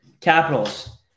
Capitals